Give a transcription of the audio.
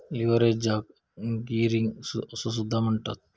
लीव्हरेजाक गियरिंग असो सुद्धा म्हणतत